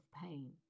pain